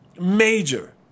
Major